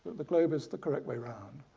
the globe is the correct way round.